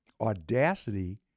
audacity